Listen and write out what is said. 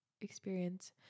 experience